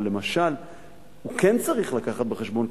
אבל למשל הוא כן צריך לקחת בחשבון,